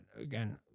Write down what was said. again